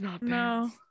No